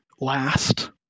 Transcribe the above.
last